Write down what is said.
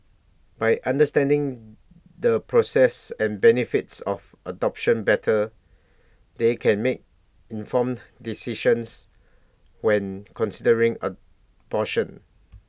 by understanding the process and benefits of adoption better they can make informed decisions when considering abortion